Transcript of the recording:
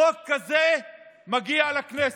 חוק כזה מגיע לכנסת,